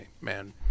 man